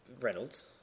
Reynolds